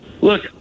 Look